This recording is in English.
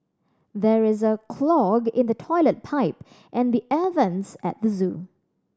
there is a clog in the toilet pipe and the air vents at the zoo